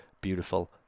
beautiful